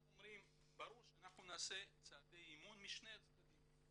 הם אומרים "ברור שנעשה צעדי אמון משני הצדדים"